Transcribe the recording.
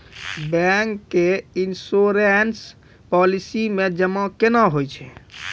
Bank के insurance policy मे जमा केना होय छै?